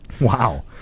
Wow